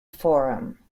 forum